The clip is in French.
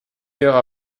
heures